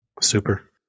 Super